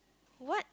what